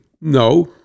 no